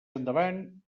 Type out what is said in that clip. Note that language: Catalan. endavant